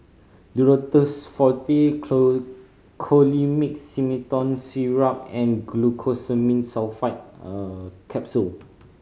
Duro Tuss Forte Colimix Simethicone Syrup and Glucosamine Sulfate Capsule